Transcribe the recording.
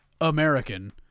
American